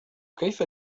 كيف